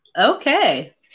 okay